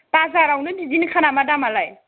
बाजारावनो बिदिनोखा नामा दामालाय